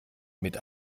mit